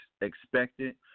expected